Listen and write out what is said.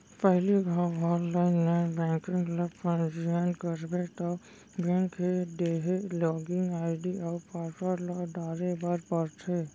पहिली घौं online net banking ल पंजीयन करबे तौ बेंक के देहे लागिन आईडी अउ पासवर्ड ल डारे बर परथे